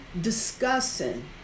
discussing